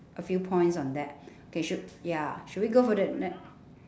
a few points on that K should ya should we go for the ne~